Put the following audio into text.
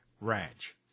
Ranch